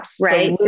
Right